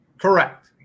Correct